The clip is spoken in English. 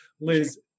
Liz